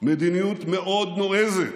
מדיניות מאוד נועזת.